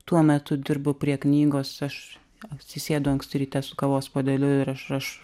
tuo metu dirbu prie knygos aš atsisėdu anksti ryte su kavos puodeliu ir aš aš